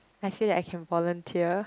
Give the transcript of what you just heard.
I feel that I can volunteer